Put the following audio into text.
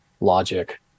Logic